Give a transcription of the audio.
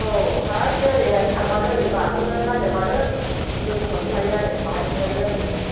औ थाग थिग ओरैहाय थांबानो ओरै बारस'नो नागिरबानो लोगो मोनखायो आरो बाहायनो जिरायो आङो